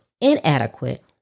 inadequate